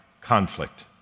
conflict